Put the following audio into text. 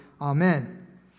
Amen